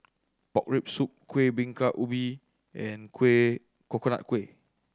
pork rib soup Kueh Bingka Ubi and kuih Coconut Kuih